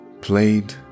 played